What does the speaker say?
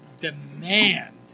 demand